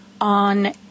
on